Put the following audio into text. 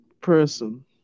person